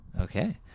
Okay